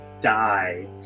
die